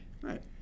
Right